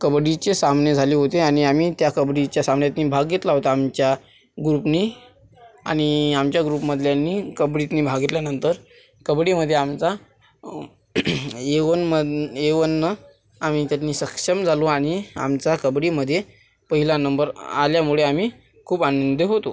कबड्डीचे सामने झाले होते आणि आम्ही त्या कबड्डीच्या सामन्यात भाग घेतला होता आमच्या ग्रुपने आणि आमच्या ग्रुपमधल्यानी कबड्डीत भाग घेतल्यानंतर कबड्डीमध्ये आमचा येवन् मन एवन्न आम्ही त्यात सक्षम झालो आणि आमचा कबड्डीमध्ये पहिला नंबर आल्यामुळे आम्ही खूप आनंदी होतो